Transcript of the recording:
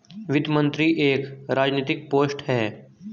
वित्त मंत्री एक राजनैतिक पोस्ट है